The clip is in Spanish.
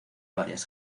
varias